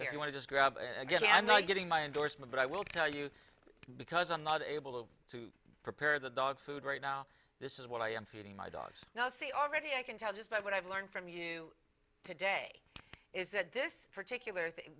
i want to just grab again i'm not getting my endorsement but i will tell you because i'm not able to prepare the dog food right now this is what i am feeding my dogs now see already i can tell just by what i've learned from you today is that this particular thing